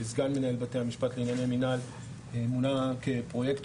וסגן מנהל בתי המשפט לענייני מינהל מונה כפרויקטור